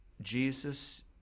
Jesus